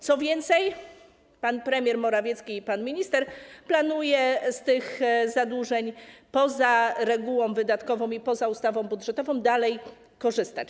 Co więcej, pan premier Morawiecki i pan minister planują z tych zadłużeń poza regułą wydatkową i poza ustawą budżetową dalej korzystać.